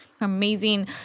amazing